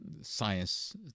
science